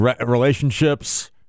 relationships